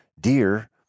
deer